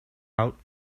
out